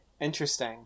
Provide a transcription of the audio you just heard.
interesting